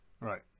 Right